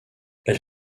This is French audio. elle